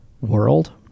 world